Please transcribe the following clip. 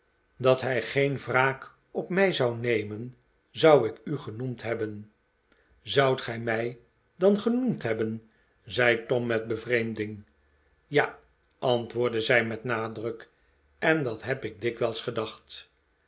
dat hij geen wraak op mij zou nemen zou ik u genoemd hebben t zoudt gij mij dan genoemd hebben zei tom met bevreemding ja antwoordde zij met nadruk en dat heb ik dikwijls gedacht